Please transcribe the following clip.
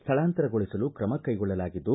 ಸ್ಥಳಾಂತರಗೊಳಿಸಲು ಕ್ರಮ ಕೈಗೊಳ್ಳಲಾಗಿದ್ದು